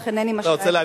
אך אינני משלה את עצמי,